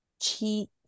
cheat